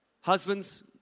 Husbands